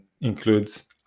includes